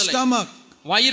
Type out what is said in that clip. Stomach